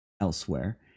elsewhere